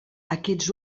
aquests